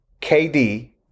KD